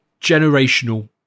generational